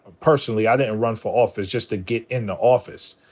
ah personally i didn't and run for office just to get in the office.